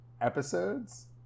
episodes